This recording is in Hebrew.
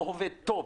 לא עובד טוב.